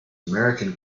american